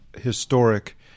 historic